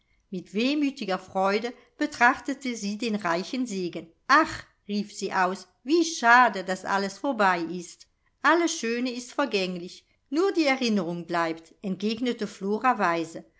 mit wehmütiger freude betrachtete sie den reichen segen ach rief sie aus wie schade daß alles vorbei ist alles schöne ist vergänglich nur die erinnerung bleibt entgegnete